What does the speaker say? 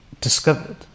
discovered